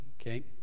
Okay